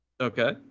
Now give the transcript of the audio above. Okay